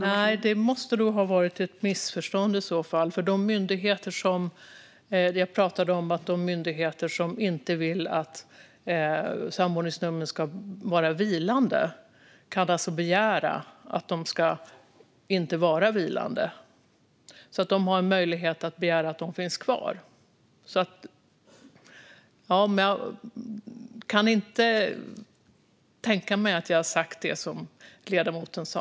Fru talman! Nej, det måste vara ett missförstånd. Jag pratade om att de myndigheter som inte vill att samordningsnummer ska vara vilande kan begära att de inte ska vara vilande. De har alltså en möjlighet att begära att de ska vara kvar. Jag kan inte tänka mig att jag har sagt det som ledamoten sa.